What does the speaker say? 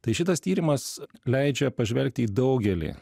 tai šitas tyrimas leidžia pažvelgti į daugelį